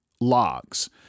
logs